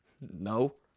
No